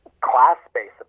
class-based